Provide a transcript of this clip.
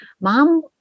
mom